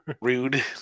Rude